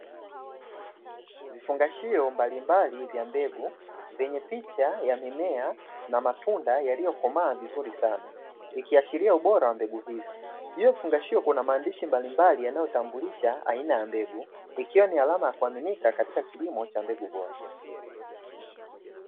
Vifungashio mbalimbali vya mbegu vyenye picha ya mimea na matunda yaliyokomaa vizuri sana, ikiashiria ubora wa mbegu hizi. Juu ya vifungashio kuna maandishi mbalimbali yanayotambulisha aina ya mbegu, ikiwa ni alama ya kuaminika katika kilimo cha mbegu bora.